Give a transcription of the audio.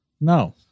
No